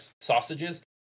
sausages